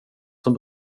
som